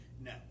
No